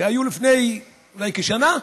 שהיו לפני אולי כשנה,